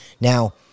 Now